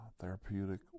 therapeutic